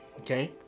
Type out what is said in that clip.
okay